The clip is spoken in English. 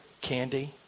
candy